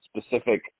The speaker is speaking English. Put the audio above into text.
specific